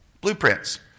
blueprints